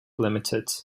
limited